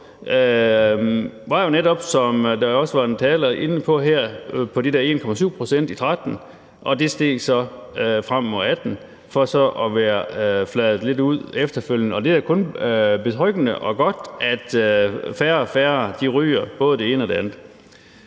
var jo netop, som en taler også var inde på, på 1,7 pct. i 2013, og det steg så frem mod 2018 for så at flade lidt ud efterfølgende. Det er kun betryggende og godt, at færre og færre ryger det ene og det andet.